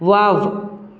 wow